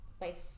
life